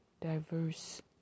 diverse